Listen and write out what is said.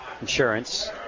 insurance